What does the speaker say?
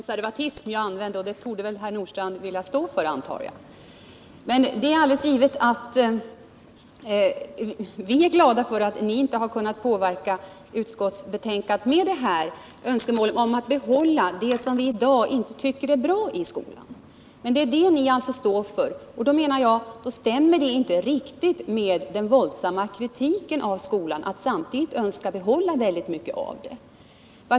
Herr talman! Jag trodde att ”okvädinsordet” snarare var en neutral benämning, eftersom det var ordet ”konservatism” som jag använde. Jag antar att det är något som herr Nordstrandh vill stå för. Men det är givet att vi är glada för att moderaterna inte har kunnat påverka utskottsskrivningen med ert önskemål om att behålla det som vi inte tycker är bra i dagens skola. Det är alltså det som ni står för. Jag menar att det inte stämmer med moderaternas våldsamma kritik av skolan att ni samtidigt önskar behålla väldigt mycket av detta.